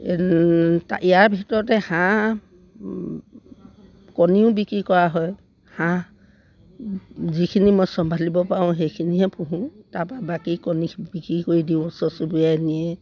ইয়াৰ ভিতৰতে হাঁহ কণীও বিক্ৰী কৰা হয় হাঁহ যিখিনি মই চম্ভালিব পাৰোঁ সেইখিনিহে পুহোঁ তাৰপৰা বাকী কণী বিক্ৰী কৰি দিওঁ ওচৰ চুবুৰীয়াই নিয়ে